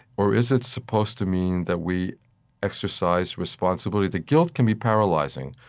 or is it supposed to mean that we exercise responsibility? the guilt can be paralyzing.